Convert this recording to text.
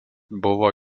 buvo